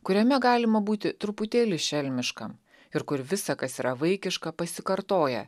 kuriame galima būti truputėlį šelmiškam ir kur visa kas yra vaikiška pasikartoja